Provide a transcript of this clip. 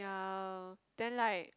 ya then like